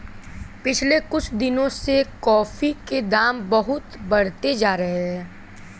पिछले कुछ दिनों से कॉफी के दाम बहुत बढ़ते जा रहे है